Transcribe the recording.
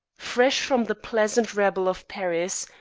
fresh from the pleasant rabble of paris,